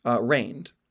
reigned